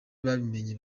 babimenye